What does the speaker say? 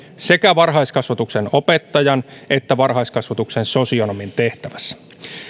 sekä varhaiskasvatuksen opettajan että varhaiskasvatuksen sosionomin tehtävässä